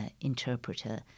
interpreter